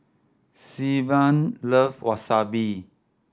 Sylvan love Wasabi